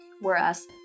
whereas